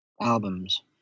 albums